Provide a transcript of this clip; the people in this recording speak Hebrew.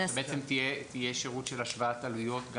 כלומר, בעצם יהיה שירות של השוואת עלויות.